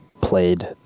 played